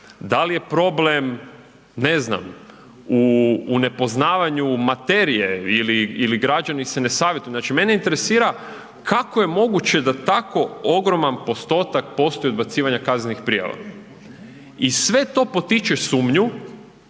dal je problem, ne znam, u, u nepoznavanju materije ili, ili građani se ne savjetuju, znači mene interesira kako je moguće da tako ogroman postotak postoji odbacivanja kaznenih prijava i sve to potiče sumnju